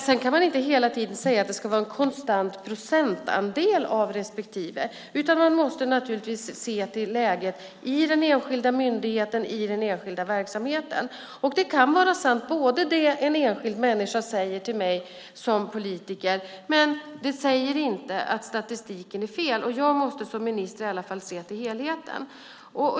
Man kan inte hela tiden säga att det ska vara en konstant procentandel av respektive, utan man måste se till läget i den enskilda myndigheten, den enskilda verksamheten. Det som en enskild människa säger till mig som politiker kan vara sant, men det betyder inte att statistiken är fel. Jag som minister måste se till helheten.